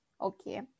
Okay